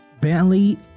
Bentley